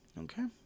Okay